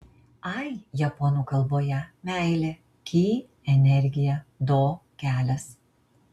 ai japonų kalboje meilė ki energija do kelias